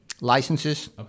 licenses